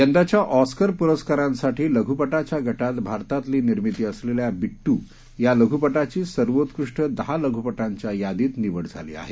यंदाच्या ऑस्कर पुरस्कारांसाठी लघु पटाच्या गटात भारतातली निर्मिती असलेल्या बिट्ट या लघुपटाची सर्वोत्कृष्ट दहा लघुपटांच्या यादीत निवड झाली आहे